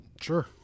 Sure